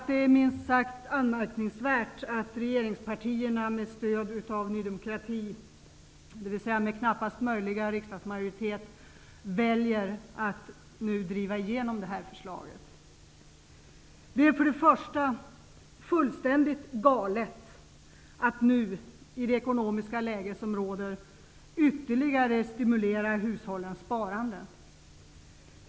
Det är minst sagt anmärkningsvärt att regeringspartierna, med stöd av Ny demokrati -- dvs. med knappast möjliga riksdagsmajoritet -- väljer att driva igenom det här förslaget. För det första är det fullständigt galet att i det ekonomiska läge som nu råder ytterligare stimulera hushållens sparande.